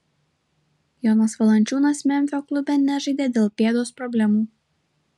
jonas valančiūnas memfio klube nežaidė dėl pėdos problemų